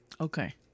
Okay